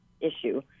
issue